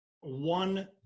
one